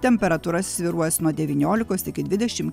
temperatūra svyruos nuo devyniolikos iki dvidešim